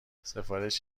سفارش